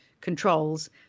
controls